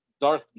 Darth